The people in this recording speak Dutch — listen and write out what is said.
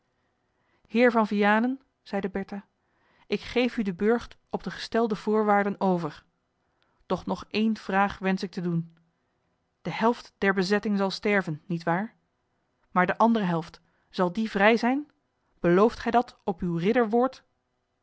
heer van vianen zeide bertha ik geef u den burcht op de gestelde voorwaarden over doch nog één vraag wensch ik te doen de helft der bezetting zal sterven niet waar maar de andere helft zal die vrj zijn belooft gij dat op uw